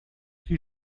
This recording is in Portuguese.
que